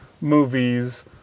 movies